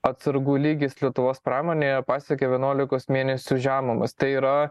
atsargų lygis lietuvos pramonėje pasiekė vienuolikos mėnesių žemumas tai yra